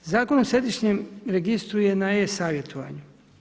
Zakon o središnjem registru je na e-savjetovanju.